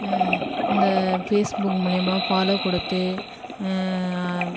இந்த ஃபேஸ்புக் மூலிமா ஃபாலோ கொடுத்து